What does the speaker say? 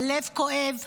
הלב כואב,